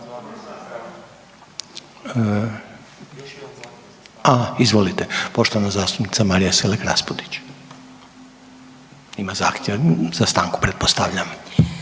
Aaa, izvolite poštovana zastupnica Marija Selak Raspudić, za stanku pretpostavljam.